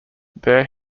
there